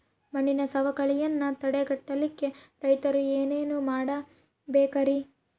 ಮಣ್ಣಿನ ಸವಕಳಿಯನ್ನ ತಡೆಗಟ್ಟಲಿಕ್ಕೆ ರೈತರು ಏನೇನು ಮಾಡಬೇಕರಿ?